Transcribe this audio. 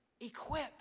equip